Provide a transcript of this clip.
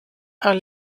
are